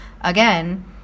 Again